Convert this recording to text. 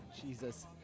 Jesus